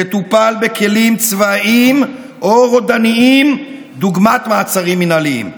תטופל בכלים צבאיים או רודניים דוגמת מעצרים מינהליים.